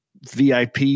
VIP